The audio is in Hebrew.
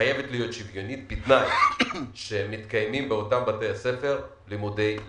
חייבת להיות שוויונית בתנאי שמתקיימים באותם בתי הספר לימודי ליבה.